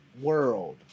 world